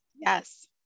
Yes